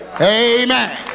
amen